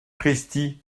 pristi